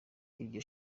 iryo